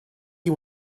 you